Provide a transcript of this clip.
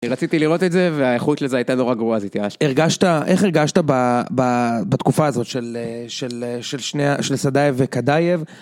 אני רציתי לראות את זה, והאיכות לזה הייתה נורא גרועה, הרגשת, אז איך הרגשת בתקופה הזאת של סדאייב וכדאייב?